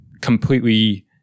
completely